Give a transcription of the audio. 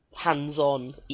hands-on